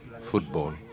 football